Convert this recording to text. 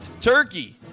turkey